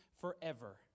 forever